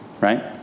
Right